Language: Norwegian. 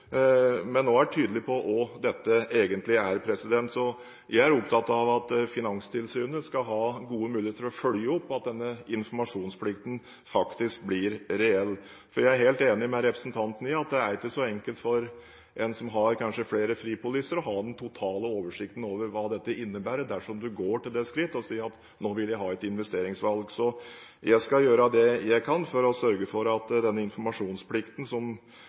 men i tillegg er det også en informasjonsplikt, og vi må sørge for at den informasjonsplikten blir reell – som jeg sa i innlegget mitt – og tydelig både når det gjelder risikoen og på hva dette egentlig er. Jeg er opptatt av at Finanstilsynet skal ha gode muligheter til å følge opp at denne informasjonsplikten faktisk blir reell, for jeg er helt enig med representanten i at det er ikke så enkelt for en som kanskje har flere fripoliser, å ha den totale oversikten over hva det innebærer dersom en går til det skritt og sier at nå vil jeg